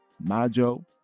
majo